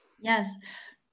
Yes